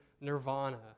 nirvana